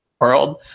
world